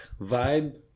vibe